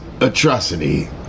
atrocity